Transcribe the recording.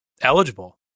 eligible